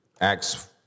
Acts